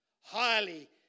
highly